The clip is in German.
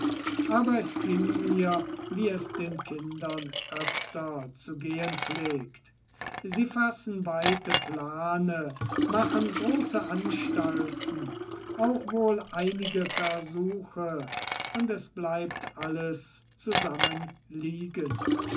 aber es ging mir wie es den kindern öfter zu gehen pflegt sie fassen weite plane machen große anstalten auch wohl einige versuche und es bleibt alles